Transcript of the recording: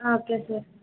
okay sir